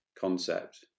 concept